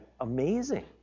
amazing